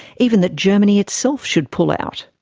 even that germany itself should pull out.